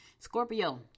Scorpio